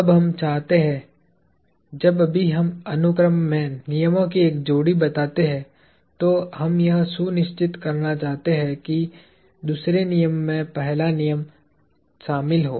अब हम चाहते हैं जब भी हम अनुक्रम में नियमों की एक जोड़ी बताते हैं तो हम यह सुनिश्चित करना चाहते हैं कि दूसरे नियम में पहला नियम शामिल हो